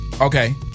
Okay